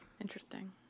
Interesting